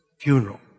funeral